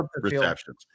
receptions